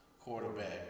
quarterback